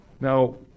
Now